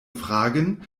fragen